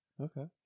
Okay